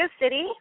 City